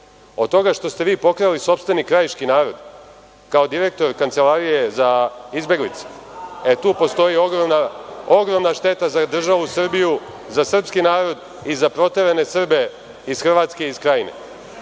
toga što ste vi pokrali sopstveni kraiški narod, kao direktor Kancelarije za izbeglice, e tu postoji ogromna šteta za državu Srbiju, za srpski narod i za proterane Srbe iz Hrvatske i iz Krajine.I